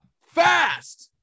fast